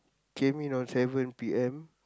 came in on seven P_M